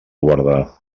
guardar